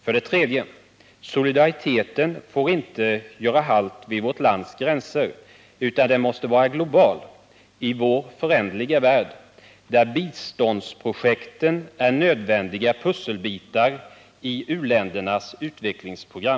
För det tredje: Solidariteten får inte göra halt vid vårt lands gränser utan den måste vara global i vår föränderliga värld, där biståndsprojekten är nödvändiga pusselbitar i u-ländernas utvecklingsprogram.